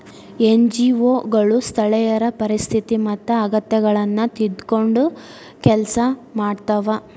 NGO ಗಳು ಸ್ಥಳೇಯರ ಪರಿಸ್ಥಿತಿ ಮತ್ತ ಅಗತ್ಯಗಳನ್ನ ತಿಳ್ಕೊಂಡ್ ಕೆಲ್ಸ ಮಾಡ್ತವಾ